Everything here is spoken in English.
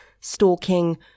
stalking